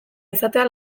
izatea